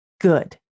good